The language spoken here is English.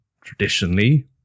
traditionally